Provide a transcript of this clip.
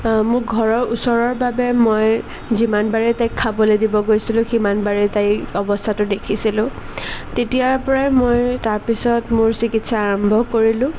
মোৰ ঘৰৰ ওচৰৰ বাবে মই যিমান বাৰে তাইক খাবলৈ দিব গৈছিলোঁ সিমানবাৰেই তাইৰ অৱস্থাটো দেখিছিলোঁ তেতিয়াৰ পৰাই মই তাৰপিছত মোৰ চিকিৎসা আৰম্ভ কৰিলোঁ